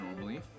normally